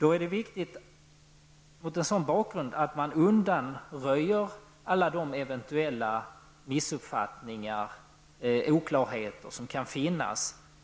Mot den bakgrunden är det viktigt att undanröja alla eventuella missuppfattningar eller oklarheter när